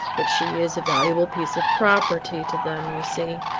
but she is a valuable piece of property to them you see,